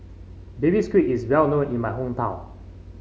Baby Squid is well known in my hometown